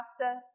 pasta